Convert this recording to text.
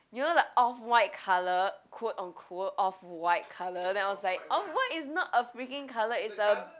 you know the off-white colour quote unquote off-white colour and I was like off white is not a freaking colour it's a